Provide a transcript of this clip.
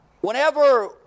Whenever